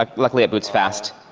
like luckily it boots fast.